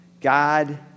God